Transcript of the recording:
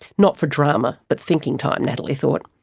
not for drama, but thinking time, natalie thought.